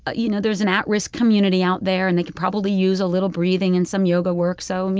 ah you know there's an at-risk community out there and they could probably use a little breathing and some yoga work so, um you